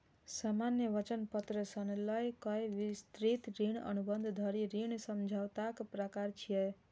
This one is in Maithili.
सामान्य वचन पत्र सं लए कए विस्तृत ऋण अनुबंध धरि ऋण समझौताक प्रकार छियै